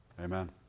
Amen